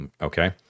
Okay